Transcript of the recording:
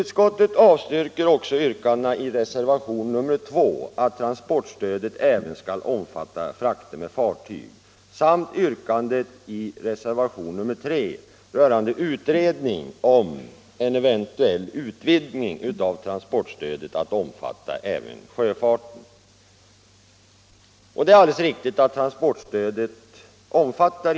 Det är alldeles riktigt att transportstödet inte omfattar sjötransporter.